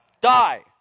die